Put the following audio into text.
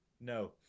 No